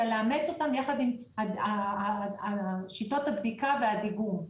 אלא לאמץ אותן יחד עם שיטות הבדיקה והדיגום.